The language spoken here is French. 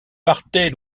partez